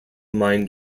mined